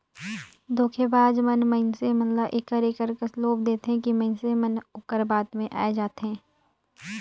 धोखेबाज मन मइनसे मन ल एकर एकर कस लोभ देथे कि मइनसे मन ओकर बात में आए जाथें